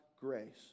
grace